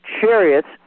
chariots